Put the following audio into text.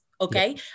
okay